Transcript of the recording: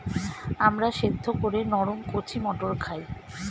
আমরা সেদ্ধ করে নরম কচি মটর খাই